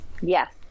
Yes